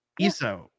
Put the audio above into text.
Iso